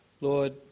Lord